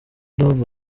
dove